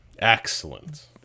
Excellent